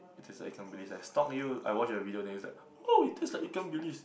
it is Ikan-Bilis I stalk you I watch your videos then it's like oh it taste like Ikan-Bilis